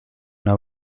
una